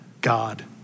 God